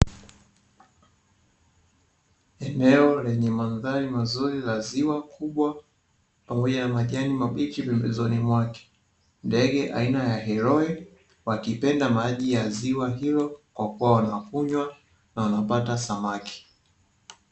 Eneo lenye mandhari nzuri yenye ziwa kubwa pamoja ya majani mabichi pembezoni mwake, ndege aina ya "heroe" wakipenda maji ya ziwa hilo kwa kuwa wanakunywa na wanapata samaki.